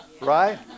right